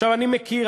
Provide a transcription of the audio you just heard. אני מכיר,